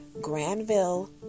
Granville